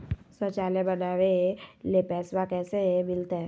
शौचालय बनावे ले पैसबा कैसे मिलते?